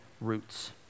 roots